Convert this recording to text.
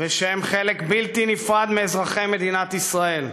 ושהם חלק בלתי נפרד מאזרחי מדינת ישראל.